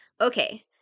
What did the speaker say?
okay